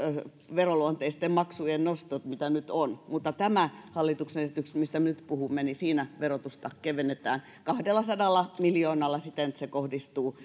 veroluonteisten maksujen nostot mitä nyt on mutta tässä hallituksen esityksessä mistä nyt puhumme verotusta kevennetään kahdellasadalla miljoonalla siten että se kohdistuu